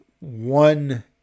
one